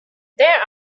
there